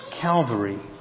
Calvary